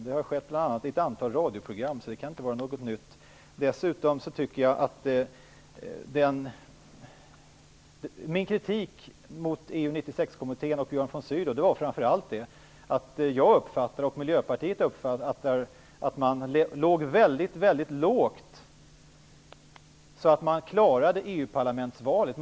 Det har bl.a. skett i ett antal radioprogram, så det kan inte vara något nytt. Min kritik mot EU 96-kommittén och mot Björn von Sydow var framför allt att man, som jag och Miljöpartiet uppfattade det, låg väldigt lågt för att klara EU parlamentsvalet.